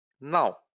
now